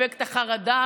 אפקט החרדה,